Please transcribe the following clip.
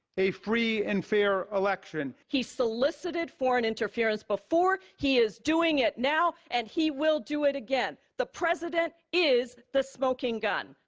a free and fair election. he solicited foreign interference before, he is doing it now, and he will do it again. the president is the smoking gun.